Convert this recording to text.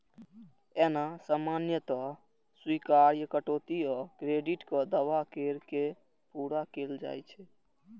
एना सामान्यतः स्वीकार्य कटौती आ क्रेडिटक दावा कैर के पूरा कैल जाइ छै